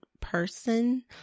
person